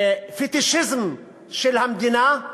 פטישיזם של המדינה.